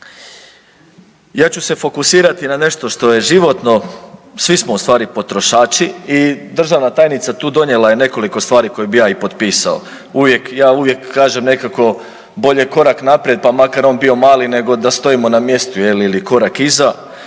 ja ću se fokusirati na nešto što je životno, svi smo ustvari potrošači i državna tajnica tu donijela je nekoliko stvari koje bi ja i potpisao, uvijek, ja uvijek kažem nekako bolje korak naprijed, pa makar on bio mali nego da stojimo na mjestu, je li, ili korak iza.